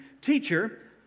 Teacher